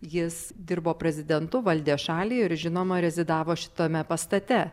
jis dirbo prezidentu valdė šalį ir žinoma rezidavo šitame pastate